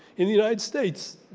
in the united states,